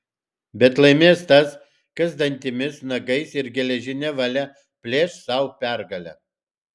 bet laimės tas kas dantimis nagais ir geležine valia plėš sau pergalę